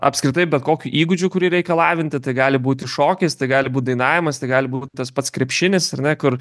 apskritai bet kokiu įgūdžiu kurį reikia lavinti tai gali būt ir šokis tai gali būt dainavimas tai gali būt tas pats krepšinis ar ne kur